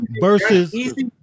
versus